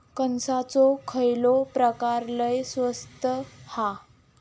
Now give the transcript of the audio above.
कणसाचो खयलो प्रकार लय स्वस्त हा?